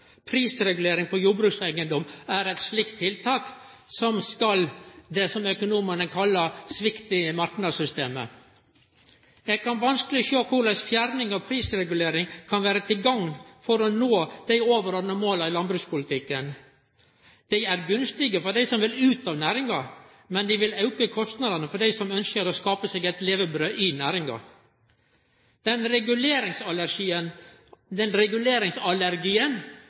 Prisregulering på jordbrukseigedom er eit slikt tiltak – det som økonomane kallar svikt i marknadssystemet. Eg kan vanskeleg sjå korleis fjerning av prisregulering kan vere til gagn for å nå dei overordna måla i landbrukspolitikken. Det er gunstig for dei som vil ut av næringa, men det vil auke kostnadene for dei som ønskjer å skape seg eit levebrød i næringa. Den